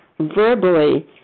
verbally